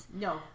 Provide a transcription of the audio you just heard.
No